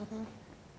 mmhmm